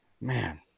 Man